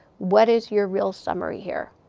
what is your real summary here?